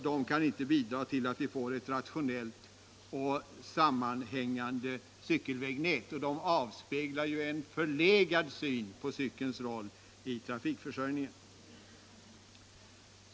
De kan inte bidra till att vi får ett rationellt och sammanhängande cykelvägnät, och de speglar en förlegad syn på cykelns roH i trafikförsörjningen.